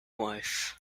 wife